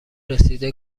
رسیده